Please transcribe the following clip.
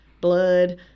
blood